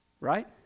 right